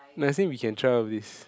no I say we can try all of these